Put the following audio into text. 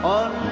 on